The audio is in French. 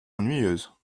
ennuyeuse